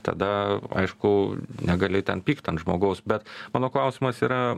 tada aišku negali ten pykt ant žmogaus bet mano klausimas yra